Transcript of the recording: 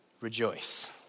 rejoice